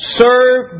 serve